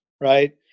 right